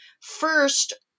first